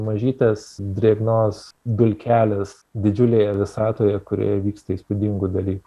mažytės drėgnos dulkelės didžiulėje visatoje kurioje vyksta įspūdingų dalykų